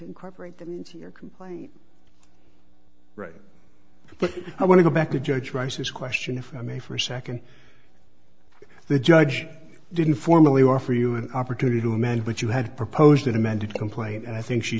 incorporate them into your complaint but i want to go back to judge rice's question if i may for a second the judge didn't formally offer you an opportunity to amend but you had proposed an amended complaint and i think she